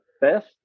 best